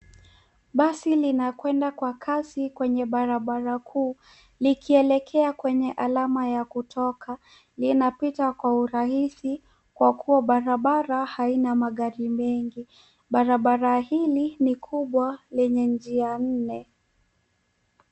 Basi linakwenda kwa kasi kwenye barabara kuu likielekea kwenye alama ya kutoka. Linapita kwa urahisi kwa kuwa barabara haina magari mengi. Barabara hili ni kubwa lenye njia nne.